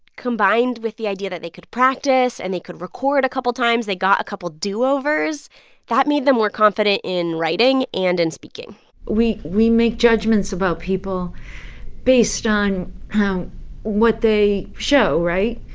combined with the idea that they could practice and they could record a couple times they got a couple do-overs that made them more confident in writing and in speaking we we make judgments about people based on what they show, right?